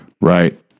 Right